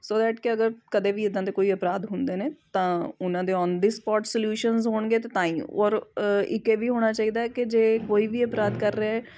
ਸੋ that ਕਿ ਅਗਰ ਕਦੇ ਵੀ ਇੱਦਾਂ ਦੇ ਕੋਈ ਅਪਰਾਧ ਹੁੰਦੇ ਨੇ ਤਾਂ ਉਹਨਾਂ ਦੇ ਔਨ ਦੀ ਸਪੋਟ ਸਲਿਊਸ਼ਨਸ ਹੋਣਗੇ ਤਾਂ ਤਾਂਹੀ ਔਰ ਇੱਕ ਇਹ ਵੀ ਹੋਣਾ ਚਾਹੀਦਾ ਹੈ ਕਿ ਜੇ ਕੋਈ ਵੀ ਅਪਰਾਧ ਕਰ ਰਿਹਾ ਹੈ